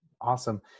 Awesome